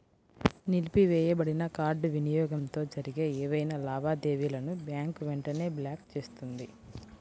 నిలిపివేయబడిన కార్డ్ వినియోగంతో జరిగే ఏవైనా లావాదేవీలను బ్యాంక్ వెంటనే బ్లాక్ చేస్తుంది